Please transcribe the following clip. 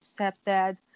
stepdad